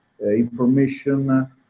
information